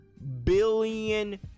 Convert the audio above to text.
billion